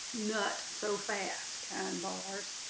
nut so fast, kind bars.